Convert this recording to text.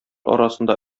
арасында